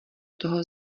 toho